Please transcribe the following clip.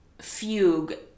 fugue